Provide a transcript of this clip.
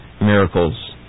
miracles